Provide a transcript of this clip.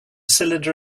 cylinder